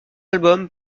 albums